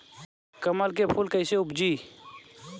कमल के फूल कईसे उपजी?